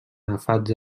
agafats